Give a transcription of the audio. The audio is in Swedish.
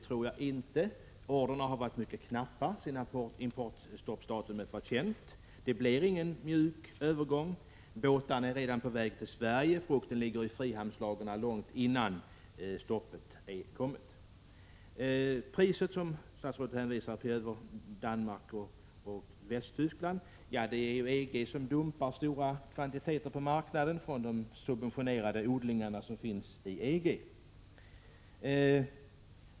Beställningar av svensk frukt har varit mycket små sedan datumet för hävandet av importstoppet blivit känt. Det blir inte någon mjuk övergång. Båtarna är redan på väg till Sverige. Frukten ligger i frihamnarna långt innan importstoppet hävts. Statsrådet hänvisar till att de svenska priserna ligger över de danska och västtyska. Detta beror på att EG dumpar stora kvantiteter som kommer från de subventionerade odlingarna inom EG.